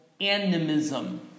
animism